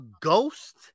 Ghost